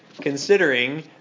considering